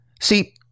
See